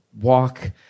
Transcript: walk